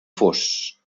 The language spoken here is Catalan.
fos